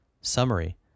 Summary